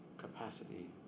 capacity